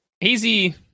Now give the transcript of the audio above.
Easy